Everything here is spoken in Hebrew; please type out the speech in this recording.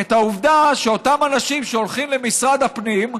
את העובדה שאותם אנשים שהולכים למשרד הפנים,